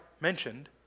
mentioned